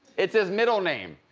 it's his middle name.